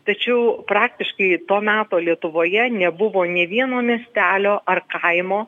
tačiau praktiškai to meto lietuvoje nebuvo nei vieno miestelio ar kaimo